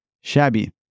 Shabby